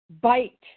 bite